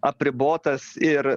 apribotas ir